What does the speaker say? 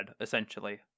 essentially